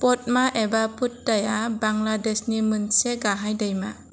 पद्मा एबा पोद्दाया बांग्लादेशनि मोनसे गाहाय दैमा